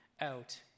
out